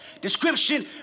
description